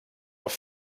auf